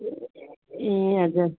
ए हजुर